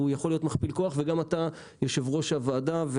יכול להיות מכפיל כוח וגם אצלך יושב-ראש הוועדה.